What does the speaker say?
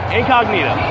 Incognito